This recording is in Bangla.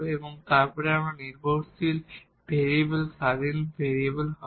এবং তারপর আমরা ডিপেন্ডেট ভেরিয়েবল ইন্ডিপেন্ডেন্ট ভেরিয়েবল হবে